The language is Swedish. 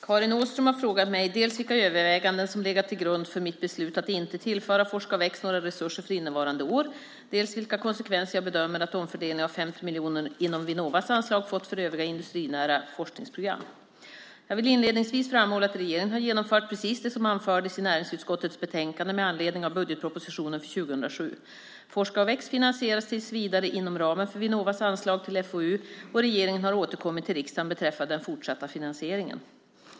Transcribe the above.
Karin Åström har frågat mig dels vilka överväganden som legat till grund för mitt beslut att inte tillföra Forska och väx några resurser för innevarande år, dels vilka konsekvenser jag bedömer att omfördelningen av 50 miljoner inom Vinnovas anslag fått för övriga industrinära forskningsprogram. Jag vill inledningsvis framhålla att regeringen har genomfört precis det som anfördes i näringsutskottets betänkande med anledning av budgetpropositionen för 2007. Forska och väx finansieras tills vidare inom ramen för Vinnovas anslag till FoU. Och regeringen har återkommit till riksdagen beträffande den fortsatta finansieringen.